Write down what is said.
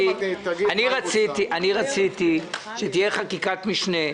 רציתי שתהיה חקיקת משנה.